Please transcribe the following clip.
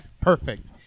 Perfect